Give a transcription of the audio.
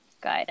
Good